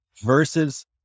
versus